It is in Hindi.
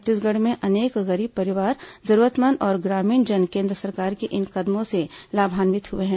छत्तीसगढ़ में अनेक गरीब परिवार जरूरतमंद और ग्रामीणजन केन्द्र सरकार के इन कदमों से लाभान्वित हुए हैं